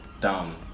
down